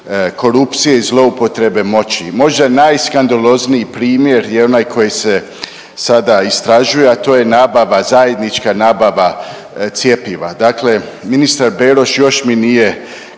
korupcije i zloupotrebe moći, možda najskandalozniji primjer je onaj koji se sada istražuje, a to je nabava, zajednička nabava cjepiva. Dakle ministar Beroš još mi nije